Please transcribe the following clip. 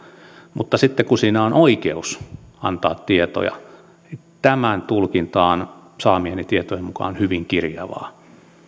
mutta sitten kun siinä on oikeus antaa tietoja niin tämän tulkinta on saamieni tietojen mukaan hyvin kirjavaa